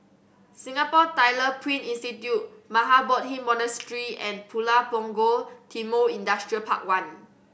Singapore Tyler Print Institute Mahabodhi Monastery and Pulau Punggol Timor Industrial Park One